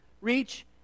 Reach